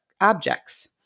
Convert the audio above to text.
objects